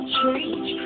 change